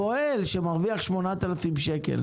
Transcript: פועל שמרוויח 8,000 שקל.